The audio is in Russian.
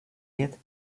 лет